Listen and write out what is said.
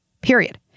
period